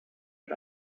mit